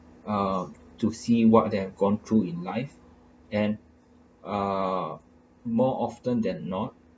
ah to see what they have gone through in life and ah more often than not